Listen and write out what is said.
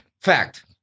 Fact